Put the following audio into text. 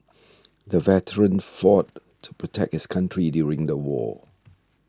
the veteran fought to protect his country during the war